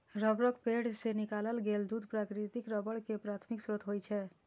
रबड़क पेड़ सं निकालल गेल दूध प्राकृतिक रबड़ के प्राथमिक स्रोत होइ छै